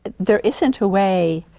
there isn't a way